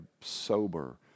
sober